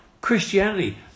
Christianity